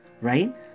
Right